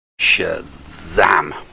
Shazam